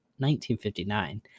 1959